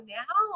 now